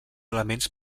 elements